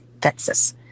texas